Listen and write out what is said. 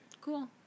Cool